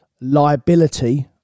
liability